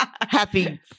happy